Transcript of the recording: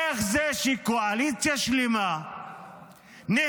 איך זה שקואליציה שלמה נהנית,